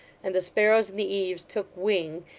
and the sparrows in the eaves took wing,